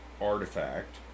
artifact